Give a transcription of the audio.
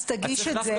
אז תגיש את זה.